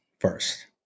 first